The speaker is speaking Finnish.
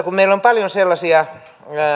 kun meillä on paljon sellaisia